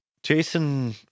Jason